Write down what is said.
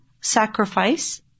sacrifice